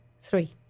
three